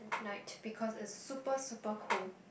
night because it's super super cold